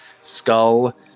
skull